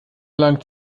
lang